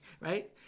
right